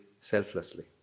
selflessly